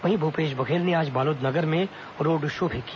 वहीं भूपेश बघेल ने आज बालोद नगर में रोड शो भी किया